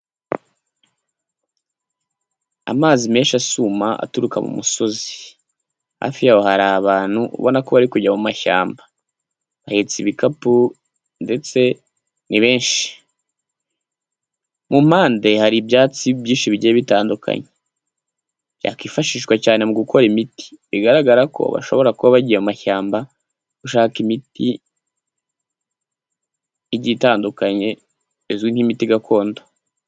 Amazi menshi asuma, aturuka mu musozi, hafi yaho hari abantu ubona ko bari kujya mu mashyamba, bahetse ibikapu ndetse ni benshi, mu mpande hari ibyatsi bigiye bitandukanye byakifashishwa cyane mu gukora imiti, bigaragara ko bashobora kuba bagiye mu mashyamba gushaka imiti igiye itandukanye izwi nk'imiti gakondo.